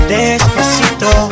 Despacito